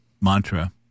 mantra